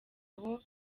aho